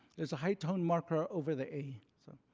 there's a high tone marker over the a. so